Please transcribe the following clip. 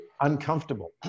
uncomfortable